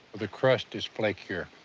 the crust is flakier.